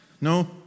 No